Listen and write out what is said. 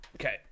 okay